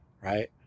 right